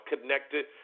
connected